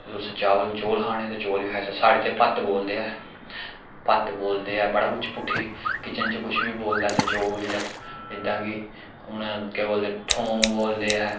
चावल चौल खाने ते चौल बी खाने साढ़े इत्थ भत्त बोलदे ऐ भत्त बोलदे ऐ बड़ा कुछ पुट्ठी किचन च कुछ बी बोल लैंदे चौल जिद्दां कि हून केह् बोलदे थोम बोलदे ऐ